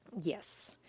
yes